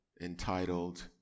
entitled